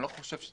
יש